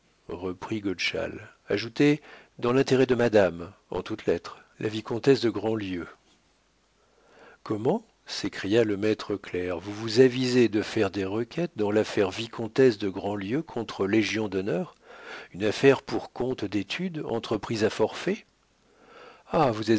reprit godeschal ajoutez dans l'intérêt de madame en toutes lettres la vicomtesse de grandlieu comment s'écria le maître clerc vous vous avisez de faire des requêtes dans l'affaire vicomtesse de grandlieu contre légion-d'honneur une affaire pour compte d'étude entreprise à forfait ah vous êtes